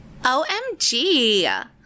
OMG